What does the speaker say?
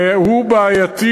והוא בעייתי.